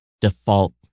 default